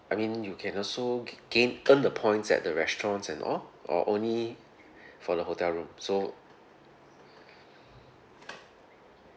I mean you can also g~ gain earn the points at the restaurants and all or only for the hotel room so